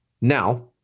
Now